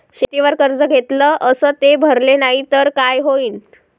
शेतीवर कर्ज घेतले अस ते भरले नाही तर काय होईन?